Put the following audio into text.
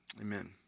amen